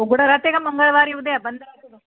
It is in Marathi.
उघडं राहते का मंगळवारी उद्या बंद राहते